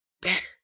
better